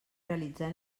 realitzar